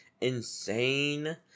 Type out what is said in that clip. insane